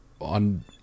on